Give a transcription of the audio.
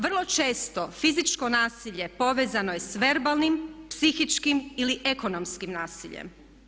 Vrlo često fizičko nasilje povezano je s verbalnim, psihičkim ili ekonomskim nasiljem.